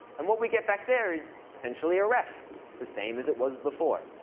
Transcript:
and what we get back there is essentially a ref. it's the same as it was before.